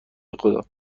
بخدا